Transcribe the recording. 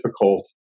difficult